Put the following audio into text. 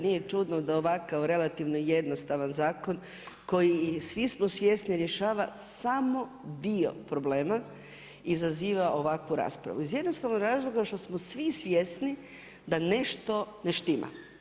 Nije čudno, zaista nije čudno da ovakav relativno jednostavan zakon koji svi smo svjesni rješava samo dio problema izaziva ovakvu raspravu iz jednostavnog razloga što smo svi svjesni da nešto ne štima.